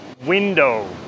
window